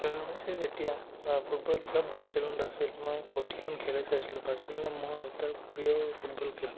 Lionel Messi যেতিয়া football club বাৰ্চেলোনাত আছিল মই প্ৰতিখন খেলেই চাইছিলোঁ বাৰ্চেলোনা মোৰ এটা প্ৰিয় ফুটবল ক্লাৱ